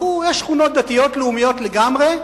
יש שכונות דתיות-לאומיות לגמרי,